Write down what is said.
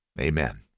Amen